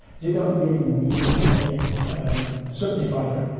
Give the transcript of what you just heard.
you don't really need a subdivider.